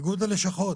איגוד הלשכות,